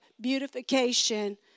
beautification